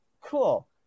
cool